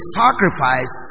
sacrifice